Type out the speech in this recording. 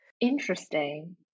Interesting